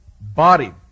body